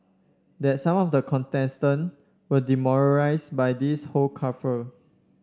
that some of the contestants were demoralised by this whole kerfuffle